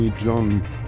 John